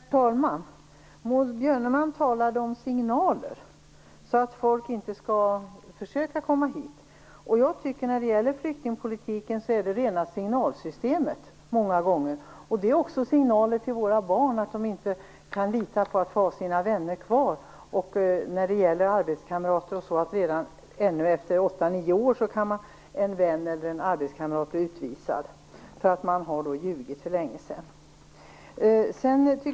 Herr talman! Maud Björnemalm talade om signaler - detta för att folk inte skall försöka komma hit. När det gäller flyktingpolitiken tycker jag att det många gånger är fråga om rena signalsystemet. Således ges signaler till våra barn, som inte kan lita på att få ha sina vänner kvar. Detsamma gäller arbetskamrater osv. Fortfarande, efter åtta nio år, kan en vän eller arbetskamrat bli utvisad därför att vederbörande för länge sedan har ljugit.